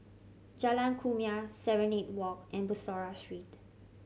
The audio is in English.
Jalan Kumia Serenade Walk and Bussorah Street